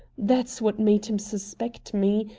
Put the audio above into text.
that's what made him suspect me,